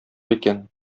икән